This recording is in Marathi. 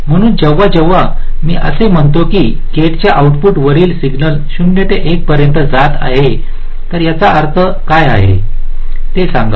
म्हणून जेव्हा जेव्हा मी असे म्हणतो की गेटच्या आऊटपुट वरील सिग्नल 0 ते 1 पर्यंत जात आहे तर याचा अर्थ काय आहे ते सांगा